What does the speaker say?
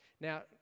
Now